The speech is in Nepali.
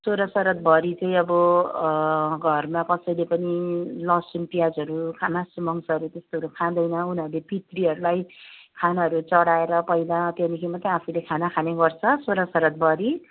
सोह्र सरादभरि चाहिँ अब घरमा कसैले पनि लसुन प्याजहरू खान मासुमंसहरू त्यस्तोहरू खाँदैन उनीहरूले पितृहरूलाई खानाहरू चढाएर पहिला त्यहाँदेखि मात्रै आफूहरूले खाना खाने गर्छ सोह्र सरादभरि